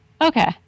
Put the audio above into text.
Okay